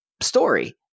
story